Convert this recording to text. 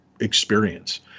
experience